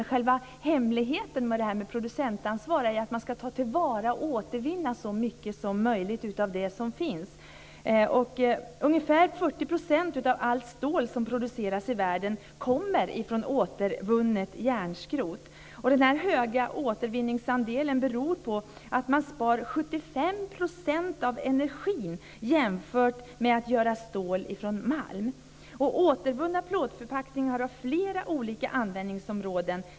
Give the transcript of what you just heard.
Själva hemligheten med producentansvaret är att ta till vara och återvinna så mycket som möjligt av det som finns. Ungefär 40 % av allt stål som produceras i världen kommer från återvunnet järnskrot. Den höga återvinningsandelen beror på att man sparar 75 % energi jämfört med att göra stål från malm. Återvunna plåtförpackningar har flera olika användningsområden.